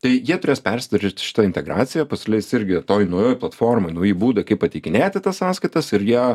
tai jie turės persidaryt šitą integraciją pasileis irgi toj naujoj platformoj nauji būdai kaip pateikinėti tas sąskaitas ir jie